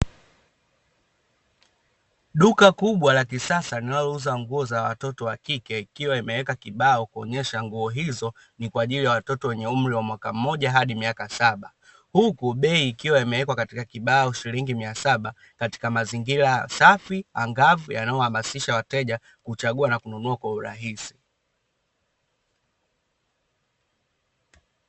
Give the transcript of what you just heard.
Duka kubwa la kisasa linalouza nguo za watoto wa kike likiwa limeweka kibao kuonyesha nguo hizo ni kwa ajili ya watoto wenye umri wa mwaka mmoja hadi miaka saba. Huku bei ikiwa imewekwa katika kibao shilingi mia saba katika mazingira safi, angavu yanayohamasisha wateja kuchagua na kununua kwa urahisi.